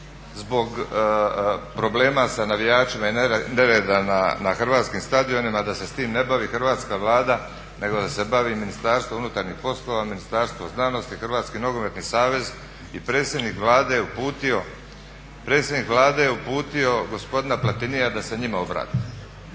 zbog problema sa navijačima i nereda na hrvatskim stadionima da se s tim ne bavi Hrvatska Vlada nego da se bavi Ministarstvo unutarnjih poslova, Ministarstvo znanosti, Hrvatski nogometni savez i predsjednik Vlade je uputio gospodina Platinia da se njima obrati.